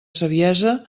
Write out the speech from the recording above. saviesa